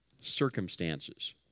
circumstances